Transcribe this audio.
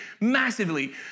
massively